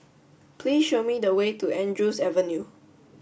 please show me the way to Andrews Avenue